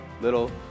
little